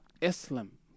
Islam